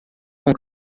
com